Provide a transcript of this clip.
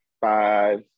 Five